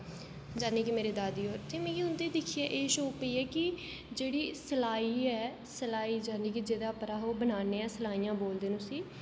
यानी कि मेरे दादी होर ते मिगी उं'दा दिक्खियै एह् शौक पेइया कि जेह्ड़ी सलाई ऐ सलाई यानी कि जेह्दे उप्पर अस ओह् बनाने आं सलाइयां बोलदे न उसी